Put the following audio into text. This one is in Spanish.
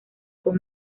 con